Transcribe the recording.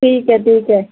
ٹھیک ہے ٹھیک ہے